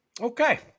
Okay